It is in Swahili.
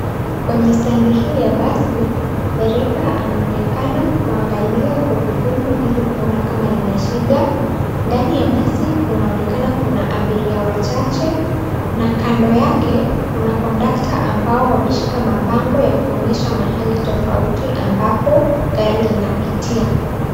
Kwenye standi hii ya basi dereva anaonekana kuangalia gurudumu ilikuona kama lina shida ndani ya basi kuna onekana kuna abiria wachache na kando yake kuna kondtakta ambao wameshika mabango yakuonyesha mahali tofauti tofauti ambapo gari linapitia.